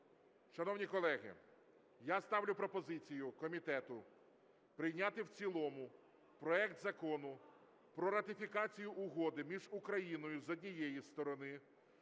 Шановні колеги, я ставлю пропозицію комітету прийняти в цілому проект Закону про ратифікацію Угоди між Україною, з однієї сторони,